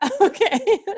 Okay